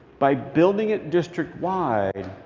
by building it district-wide,